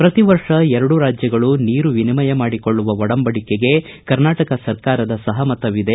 ಪ್ರತಿವರ್ಷ ಎರಡೂ ರಾಜ್ಯಗಳು ನೀರು ವಿನಿಮಯ ಮಾಡಿಕೊಳ್ಳುವ ಒಡಂಬಡಿಕೆಗೆ ಕರ್ನಾಟಕ ಸರ್ಕಾರದ ಸಹಮತವಿದೆ